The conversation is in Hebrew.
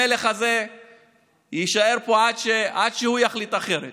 המלך הזה יישאר פה עד שהוא יחליט אחרת